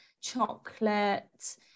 chocolate